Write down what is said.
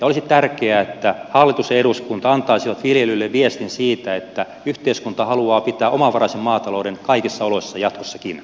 olisi tärkeää että hallitus ja eduskunta antaisivat viljelijöille viestin siitä että yhteiskunta haluaa pitää omavaraisen maatalouden kaikissa oloissa jatkossakin